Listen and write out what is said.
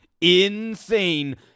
insane